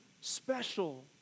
special